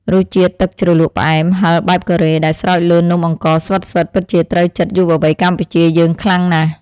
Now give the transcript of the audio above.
រសជាតិទឹកជ្រលក់ផ្អែមហឹរបែបកូរ៉េដែលស្រោចលើនំអង្ករស្វិតៗពិតជាត្រូវចិត្តយុវវ័យកម្ពុជាយើងខ្លាំងណាស់។